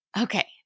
Okay